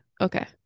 Okay